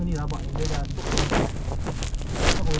nak cakap semua sedap tu kedai tu tak ah